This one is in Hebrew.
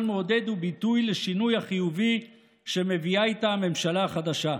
מעודד וביטוי לשינוי החיובי שמביאה איתה הממשלה החדשה.